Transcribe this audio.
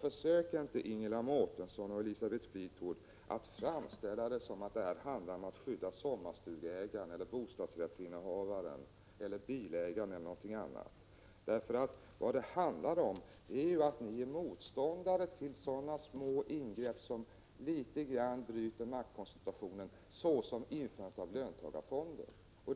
Försök inte, Ingela Mårtensson och Elisabeth Fleetwood, att framställa det som om det gällde att skydda sommarstugeägare, bostadsrättsinnehavare, bilägare eller några andra. Vad det handlar om är att ni är motståndare till sådana små ingrepp som litet grand bryter maktkoncentrationen såsom införandet av löntagarfonder.